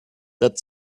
that